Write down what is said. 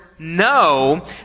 No